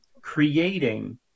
creating –